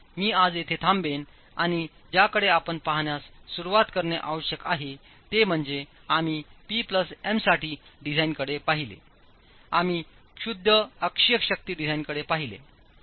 म्हणूनच मी आज येथे थांबेन आणि ज्याकडे आपण पाहण्यास सुरवात करणे आवश्यक आहे ते म्हणजे आम्ही P M साठी डिझाइनकडे पाहिले आम्ही शुद्ध अक्षीय शक्ती डिझाइनकडे पाहिले